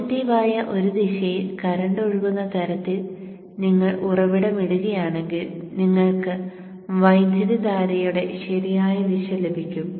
positive ആയ ഒരു ദിശയിൽ കറന്റ് ഒഴുകുന്ന തരത്തിൽ നിങ്ങൾ ഉറവിടം ഇടുകയാണെങ്കിൽ നിങ്ങൾക്ക് വൈദ്യുതധാരയുടെ ശരിയായ ദിശ ലഭിക്കും